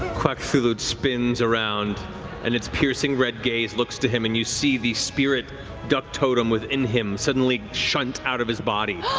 quackthulhu spins around and its piercing red gaze looks to him and you see the spirit duck totem within within him suddenly shunt out of his body.